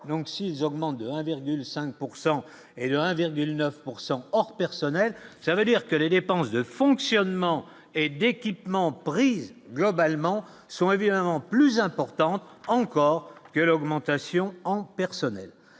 donc s'ils augmentent de 1,5 pourcent et le 1,9 pourcent hors personnel, ça veut dire que les dépenses de fonctionnement et d'équipement, prise globalement sont évidemment plus importante encore que l'augmentation en personnel,